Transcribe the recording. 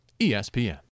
ESPN